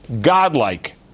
godlike